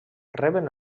reben